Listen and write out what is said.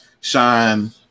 shine